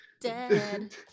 Dead